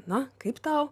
na kaip tau